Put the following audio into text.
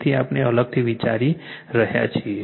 તેથી આપણે અલગથી વિચારી રહ્યા છીએ